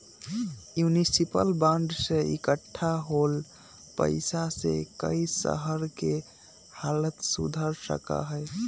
municipal bond से इक्कठा होल पैसा से कई शहर के हालत सुधर सका हई